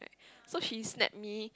so she snapped me